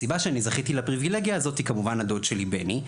הסיבה שאני זכיתי לפריבילגיה הזאתי היא כמובן הדוד שלי בני,